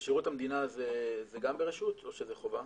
בשירות המדינה זה גם ברשות או שזה חובה?